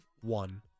One